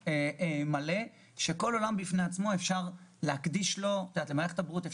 מדובר על עולם מלא ולכל דבר בפני עצמו אפשר להקדיש זמן רב.